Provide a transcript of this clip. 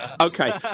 okay